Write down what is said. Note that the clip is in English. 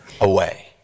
away